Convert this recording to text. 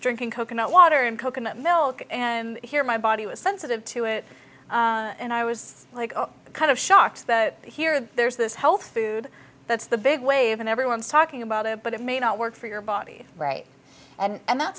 drinking coconut water and coconut milk and here my body was sensitive to it and i was like the kind of shocked here there's this health food that's the big wave and everyone's talking about it but it may not work for your body right and that's